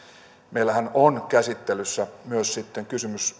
meillähän on käsittelyssä myös kysymys